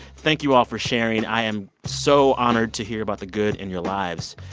thank you all for sharing. i am so honored to hear about the good in your lives.